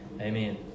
Amen